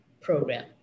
program